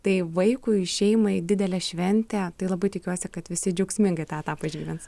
tai vaikui šeimai didelė šventė tai labai tikiuosi kad visi džiaugsmingai tą etapą išgyvens